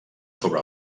sobre